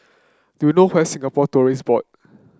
do you know where Singapore Tourism Board